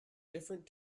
different